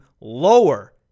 lower